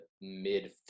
mid